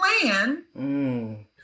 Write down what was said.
plan